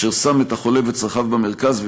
אשר שם את החולה ואת צרכיו במרכז,